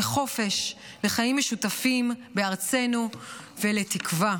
לחופש, לחיים משותפים בארצנו ולתקווה.